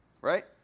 right